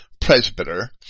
presbyter